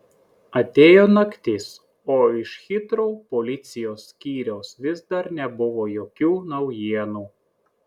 atėjo naktis o iš hitrou policijos skyriaus vis dar nebuvo jokių naujienų